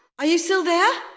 are you still there?